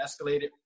escalated